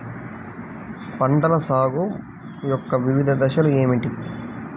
పంటల సాగు యొక్క వివిధ దశలు ఏమిటి?